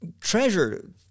treasure